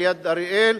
ליד אריאל,